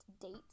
date